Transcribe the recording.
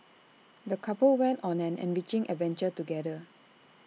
the couple went on an enriching adventure together